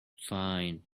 fine